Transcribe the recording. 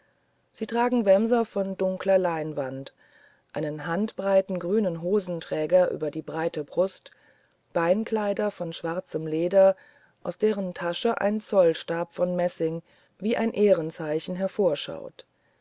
sie tragen wämser von dunkler leinwand einen handbreiten grünen hosenträger über die breite brust beinkleider von schwarzem leder aus deren tasche ein zollstab von messing wie ein ehrenzeichen hervorschaut